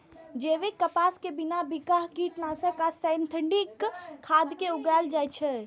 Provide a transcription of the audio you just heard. जैविक कपास कें बिना बिखाह कीटनाशक आ सिंथेटिक खाद के उगाएल जाए छै